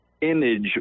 image